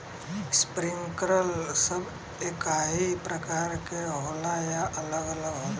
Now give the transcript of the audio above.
Sprinkler सब एकही प्रकार के होला या अलग अलग होला?